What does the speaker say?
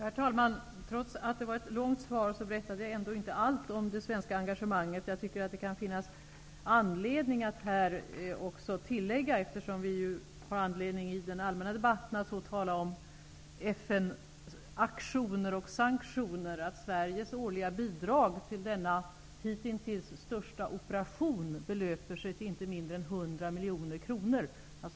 Herr talman! Trots att det var ett långt svar berättade jag inte allt om det svenska engagemanget. Det kan finnas anledning att här också tillägga, eftersom vi i den allmänna debatten bör tala om FN:s aktioner och sanktioner, att Sveriges årliga bidrag till den hitintills största operationen belöper sig till inte mindre än 100 miljoner kronor.